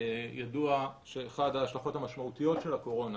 ידוע שאחת ההשלכות המשמעותיות של הקורונה